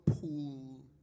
pool